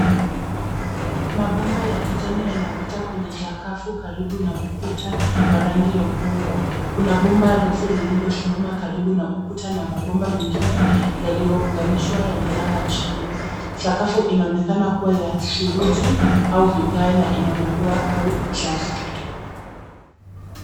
Mabomba ya kijani yanapita kwenye sakafu karibu na ukuta wa rangi ya udongo. Kuna bomba refu lililosimama karibu na ukuta na mabomba mengine yaliyouganishwa yamelala chini. Sakafu inaonekana kuwa ya suruji au vigae na ina madoa au uchafu.